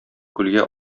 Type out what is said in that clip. күлгә